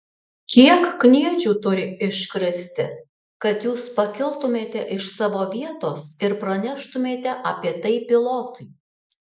kiek kniedžių turi iškristi kad jūs pakiltumėte iš savo vietos ir praneštumėte apie tai pilotui